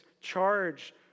charge